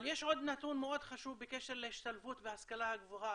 אבל יש עוד נתון מאוד חשוב בקשר להשתלבות בהשכלה הגבוהה,